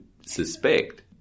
suspect